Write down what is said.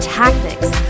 tactics